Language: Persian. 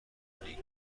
مدرنی